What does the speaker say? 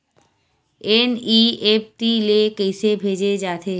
NEFT ले कइसे भेजे जाथे?